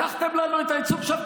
לקחתם לנו את הייצוג שם,